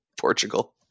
Portugal